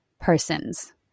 persons